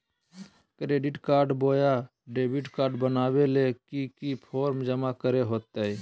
Credit card बोया debit card बनाने ले की की फॉर्म जमा करे होते?